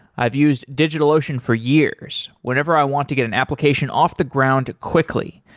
i've used digitalocean for years whenever i want to get an application off the ground quickly,